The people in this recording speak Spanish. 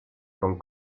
con